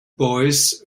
boys